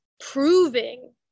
proving